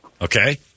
okay